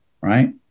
right